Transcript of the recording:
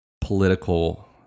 political